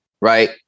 Right